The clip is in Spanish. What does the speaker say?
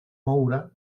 moura